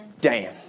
Dan